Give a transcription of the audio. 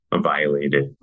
violated